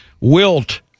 Wilt